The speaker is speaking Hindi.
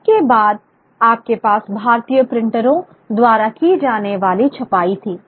इसके बाद आपके पास भारतीय प्रिंटरों द्वारा की जाने वाली छपाई थी